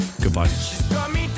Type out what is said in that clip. goodbye